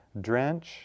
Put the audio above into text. drench